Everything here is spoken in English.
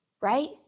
Right